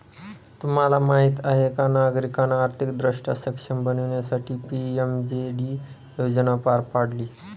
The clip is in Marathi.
तुम्हाला माहीत आहे का नागरिकांना आर्थिकदृष्ट्या सक्षम बनवण्यासाठी पी.एम.जे.डी योजना पार पाडली